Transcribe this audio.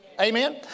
Amen